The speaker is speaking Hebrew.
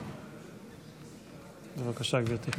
בבקשה, גברתי.